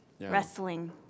wrestling